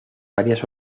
varias